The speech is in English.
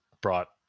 brought